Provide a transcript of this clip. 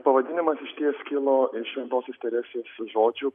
pavadinimas išties kilo iš šventosios teresės žodžių